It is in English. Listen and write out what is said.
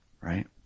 right